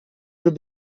grup